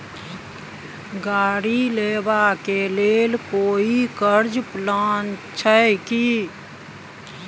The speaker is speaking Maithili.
गाड़ी लेबा के लेल कोई कर्ज प्लान छै की?